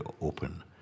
open